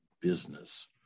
business